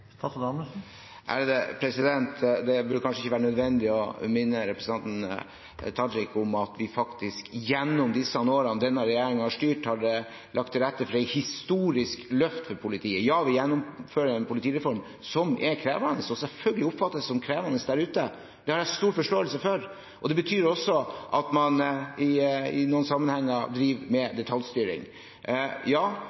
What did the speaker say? kanskje ikke være nødvendig å minne representanten Tajik om at vi faktisk gjennom disse årene denne regjeringen har styrt, har lagt til rette for et historisk løft for politiet. Ja, vi gjennomfører en politireform som er krevende, og som selvfølgelig oppfattes som krevende der ute. Det har jeg stor forståelse for. Det betyr også at man i noen sammenhenger driver med